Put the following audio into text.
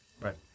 Right